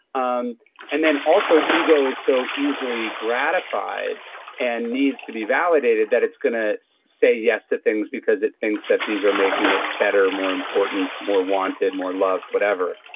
um and then, also, ego is so easily gratified and needs to be validated that it's going to say yes to things because it thinks that these are making it better, more important, more wanted, more loved, whatever.